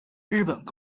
日本